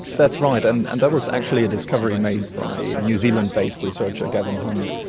that's right, and and that was actually a discovery made by a new zealand based research ah gavin hunt,